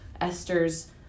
Esther's